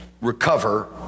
recover